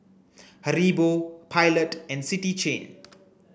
Haribo Pilot and City Chain